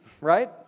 right